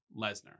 Lesnar